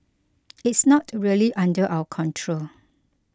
it's not really under our control